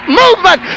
movement